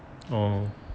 oh